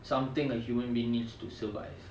something a human being needs to survive